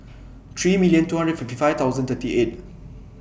three million two hundred and fifty five thousand thirty eight